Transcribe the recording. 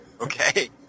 Okay